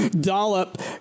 dollop